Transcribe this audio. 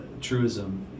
truism